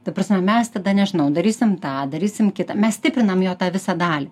ta prasme mes tada nežinau darysim tą darysim kitą mes stiprinam jo tą visą dalį